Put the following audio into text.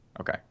Okay